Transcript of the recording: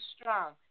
strong